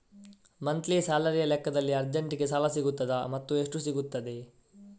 Monthly ಸ್ಯಾಲರಿಯ ಲೆಕ್ಕದಲ್ಲಿ ಅರ್ಜೆಂಟಿಗೆ ಸಾಲ ಸಿಗುತ್ತದಾ ಮತ್ತುಎಷ್ಟು ಸಿಗುತ್ತದೆ?